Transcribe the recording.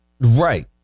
Right